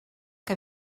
que